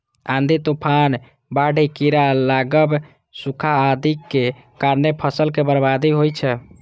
आंधी, तूफान, बाढ़ि, कीड़ा लागब, सूखा आदिक कारणें फसलक बर्बादी होइ छै